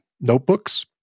notebooks